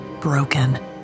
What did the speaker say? broken